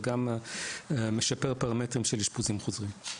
וגם משפר פרמטרים של אשפוזים חוזרים.